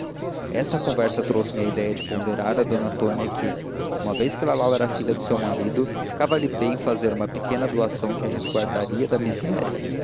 esta conversa trouxe-me a idéia de ponderar a d antônia que uma vez que lalau era filha de seu marido ficava lhe bem fazer uma pequena doação que a resguardava da miséria